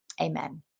Amen